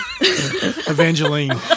Evangeline